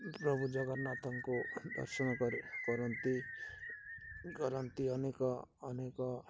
ପ୍ରଭୁ ଜଗନ୍ନାଥଙ୍କୁ ଦର୍ଶନ କରି କରନ୍ତି କରନ୍ତି ଅନେକ ଅନେକ